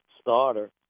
starter